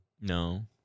No